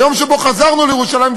היום שבו חזרנו לירושלים,